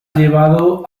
llevado